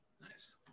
Nice